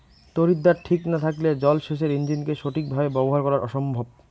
তড়িৎদ্বার ঠিক না থাকলে জল সেচের ইণ্জিনকে সঠিক ভাবে ব্যবহার করা অসম্ভব